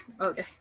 okay